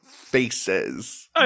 faces